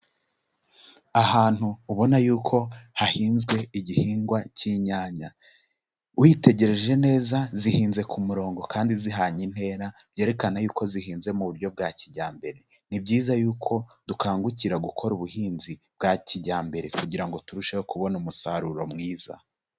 Ahantu ubona yuko hahinzwe igihingwa cy'inyanya, witegereje neza zihinze ku murongo kandi zihanye intera byerekana yuko zihinze mu buryo bwa kijyambere. Ni byiza yuko dukangukira gukora ubuhinzi bwa kijyambere kugira ngo turusheho kubona umusaruro mwiza.